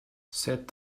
set